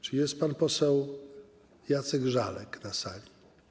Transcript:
Czy jest pan poseł Jacek Żalek na sali?